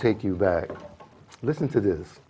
take you back listen to this